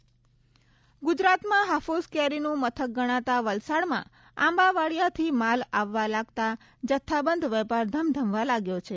હાફૂસ કેરીની નિકાસ ગુજરાતમાં હાફૂસ કેરીનું મથક ગણાતા વલસાડમાં આંબાવાડિયાથી માલ આવવા લાગતા જથ્થાબંધ વેપાર ધમધમવા લાગ્યો છે